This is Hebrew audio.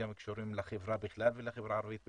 קשורים לחברה בכלל ולחברה הערבית בפרט.